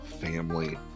family